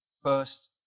first